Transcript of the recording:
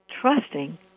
trusting